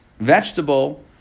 vegetable